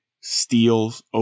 steals